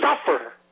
suffer